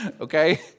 Okay